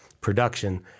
production